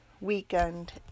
weekend